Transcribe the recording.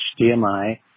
HDMI